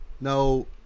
Now